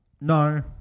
No